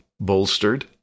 bolstered